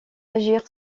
agir